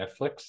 Netflix